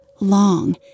long